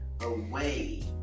away